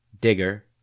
digger